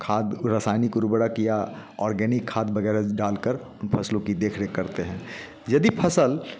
खाद रासायनिक उर्वरक या ऑर्गेनिक खाद वगैरह डालकर फसलों की देख रेख करते हैं यदि फसल